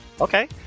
Okay